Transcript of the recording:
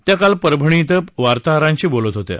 त्या काल परभणी इथं वार्ताहरांशी बोलत होत्या